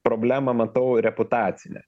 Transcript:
problemą matau reputacinę